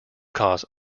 cause